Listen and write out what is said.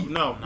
no